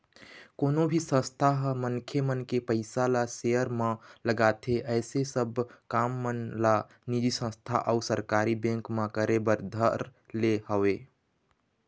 कोनो भी संस्था ह मनखे मन के पइसा ल सेयर म लगाथे ऐ सब काम मन ला निजी संस्था अऊ सरकारी बेंक मन करे बर धर ले हवय